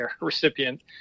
recipient